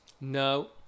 No